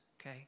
okay